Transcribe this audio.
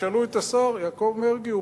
תשאלו את השר יעקב מרגי,